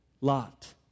lot